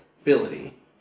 ability